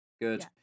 Good